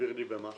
תסביר לי במה.